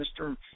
Mr